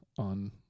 on